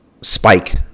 spike